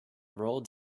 rolled